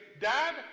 Dad